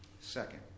Second